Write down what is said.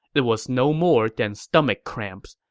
it was no more than stomach cramps,